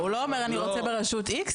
הוא לא אומר "אני רוצה ברשות כך וכך",